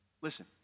Listen